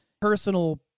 personal